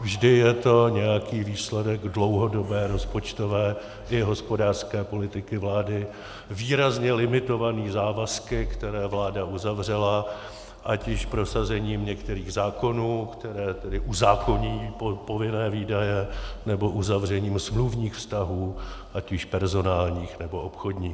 Vždy je to nějaký výsledek dlouhodobé rozpočtové i hospodářské politiky vlády výrazně limitovaný závazky, které vláda uzavřela, ať již prosazením některých zákonů, které tedy uzákoní povinné výdaje, nebo uzavřením smluvních vztahů, ať již personálních, nebo obchodních.